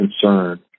concern